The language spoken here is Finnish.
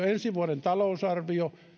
ensi vuoden talousarvio